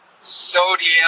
sodium